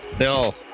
Bill